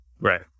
Right